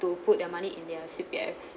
to put their money in their C_P_F